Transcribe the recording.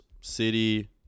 City